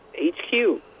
HQ